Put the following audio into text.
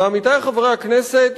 ועמיתי חברי הכנסת,